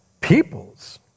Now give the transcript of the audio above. peoples